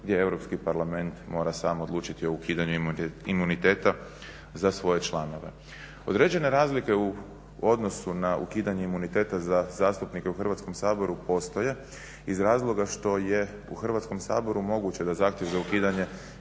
gdje Europski parlament mora sam odlučiti o ukidanju imuniteta za svoje članove. Određene razlike u odnosu na ukidanje imuniteta za zastupnike u Hrvatskom saboru postoje iz razloga što je u Hrvatskom saboru moguće da zahtjev za ukidanje